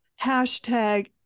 hashtag